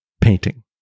painting